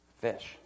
fish